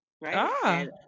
right